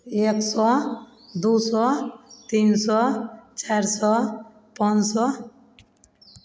एक सओ दू सओ तीन सओ चारि सओ पाँच सओ